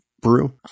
brew